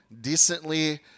decently